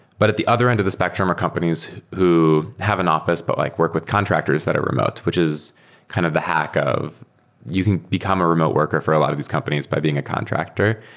but at the other end of the spectrum are companies who have an offi ce but like work with contractors that are remote, which is kind of the hack of you can become a remote worker for a lot of companies by being a contractor.